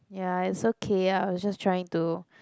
ya it's okay I was just trying to